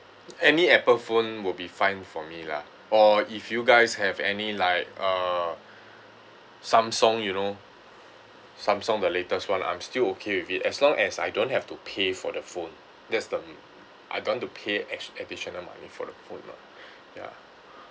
any apple phone will be fine for me lah or if you guys have any like uh samsung you know samsung the latest one I'm still okay with it as long as I don't have to pay for the phone there's the I don't want to pay ex~ additional money for the phone lah ya